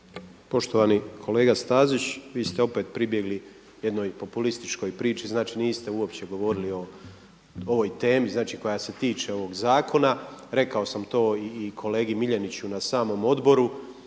Poštovani kolega Stazić vi ste opet pribjegli jednoj populističkoj priči. Znači niste uopće govorili o ovoj temi, znači koja se tiče ovog zakona. Rekao sam to i kolegi Miljeniću na samom odboru.